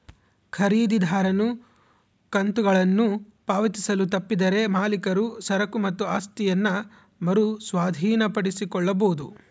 ಖರೀದಿದಾರನು ಕಂತುಗಳನ್ನು ಪಾವತಿಸಲು ತಪ್ಪಿದರೆ ಮಾಲೀಕರು ಸರಕು ಮತ್ತು ಆಸ್ತಿಯನ್ನ ಮರು ಸ್ವಾಧೀನಪಡಿಸಿಕೊಳ್ಳಬೊದು